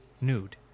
nude